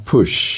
Push